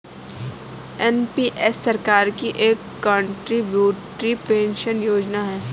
NPS सरकार की एक कंट्रीब्यूटरी पेंशन योजना है